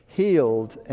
healed